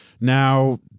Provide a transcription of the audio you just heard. now